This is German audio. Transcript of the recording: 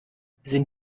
sind